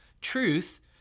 Truth